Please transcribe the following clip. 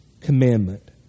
Commandment